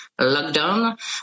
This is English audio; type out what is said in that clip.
lockdown